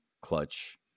clutch